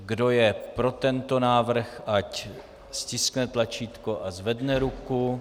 Kdo je pro tento návrh, ať stiskne tlačítko a zvedne ruku.